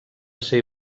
ser